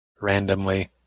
Randomly